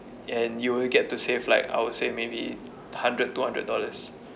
and you will get to save like I would say maybe a hundred two hundred dollars